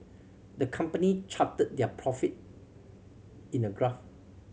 the company charted their profit in a graph